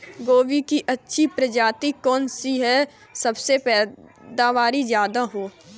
गोभी की अच्छी प्रजाति कौन सी है जिससे पैदावार ज्यादा हो?